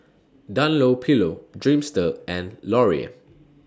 Dunlopillo Dreamster and Laurier